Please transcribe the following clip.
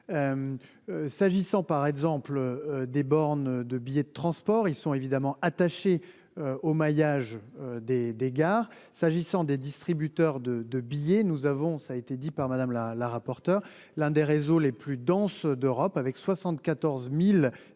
S'agissant par exemple des bornes de billets de transports, ils sont évidemment attachés au maillage des des gares s'agissant des distributeurs de de billets. Nous avons, ça a été dit par Madame la la rapporteure. L'un des réseaux les plus denses d'Europe avec 74.000